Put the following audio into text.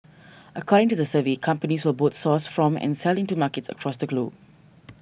according to the survey companies will both source from and sell into markets across the globe